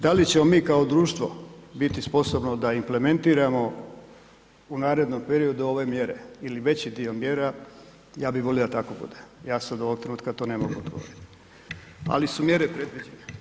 Da li ćemo mi kao društvo biti sposobno da implementiramo u narednom periodu ove mjere ili veći dio mjera, ja bi volio da tako bude, ja sad ovog trenutka to ne mogu odgovoriti, ali su mjere